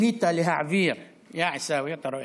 החליטה להעביר, יא עיסאווי, אתה רואה חשבון,